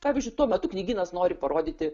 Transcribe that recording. pavyzdžiui tuo metu knygynas nori parodyti